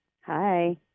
Hi